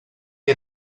que